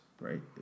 right